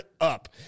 up